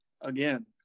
Again